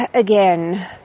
again